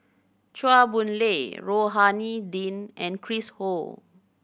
Chua Boon Lay Rohani Din and Chris Ho